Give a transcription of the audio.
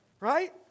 Right